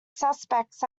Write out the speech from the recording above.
suspects